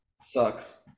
Sucks